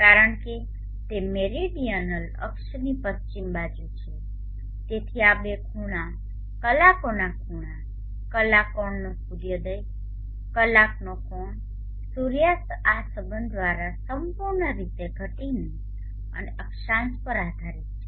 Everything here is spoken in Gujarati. કારણ કે તે મેરીડીઅનલ અક્ષની પશ્ચિમ બાજુએ છે તેથી આ બે ખૂણા કલાકોના ખૂણા કલાકોણનો સૂર્યોદય કલાકનો કોણ સૂર્યાસ્ત આ સંબંધ દ્વારા સંપૂર્ણ રીતે ઘટીને અને અક્ષાંશ પર આધારિત છે